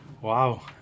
Wow